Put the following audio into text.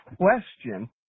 question